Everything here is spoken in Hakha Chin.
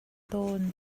tawn